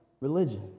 Religion